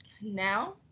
now